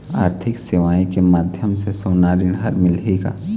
आरथिक सेवाएँ के माध्यम से सोना ऋण हर मिलही का?